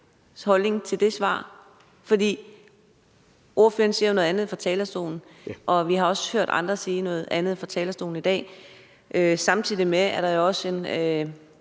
holdning til det svar, for ordføreren sagde jo noget andet fra talerstolen, og vi har også hørt andre sige noget andet fra talerstolen i dag. Samtidig er der jo også bl.a.